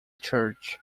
church